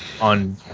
on